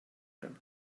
them